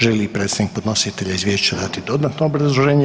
Želi li predstavnik podnositelja izvješća dat dodatno obrazloženje?